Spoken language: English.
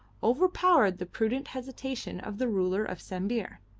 overpowered the prudent hesitation of the ruler of sambir.